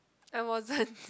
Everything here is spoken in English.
I wasn't